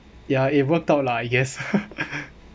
ya it worked out lah yes